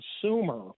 consumer